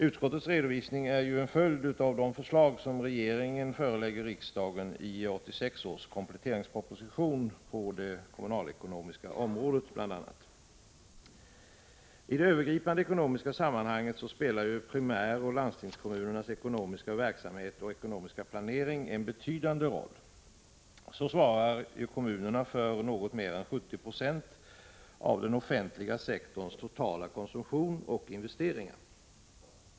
Utskottets redovisning är en följd av de förslag på det kommunalekonomiska området som regeringen förelägger riksdagen i 1986 års kompletteringsproposition. I det övergripande ekonomiska sammanhanget spelar primäroch landstingskommunernas ekonomiska verksamhet och ekonomiska planering en betydande roll. Så svarar kommunerna för något mer än 70 20 av den offentliga sektorns totala konsumtion och investeringar.